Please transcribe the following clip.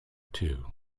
too